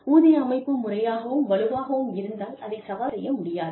ஊதிய அமைப்பு முறையாகவும் வலுவாகவும் இருந்தால் அதைச் சவால் செய்ய முடியாது